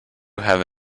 have